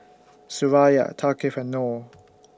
Suraya Thaqif and Noh